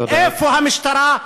איפה המשטרה?